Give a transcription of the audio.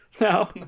no